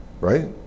right